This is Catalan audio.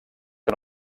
que